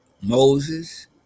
Moses